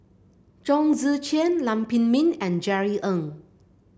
Chong Tze Chien Lam Pin Min and Jerry Ng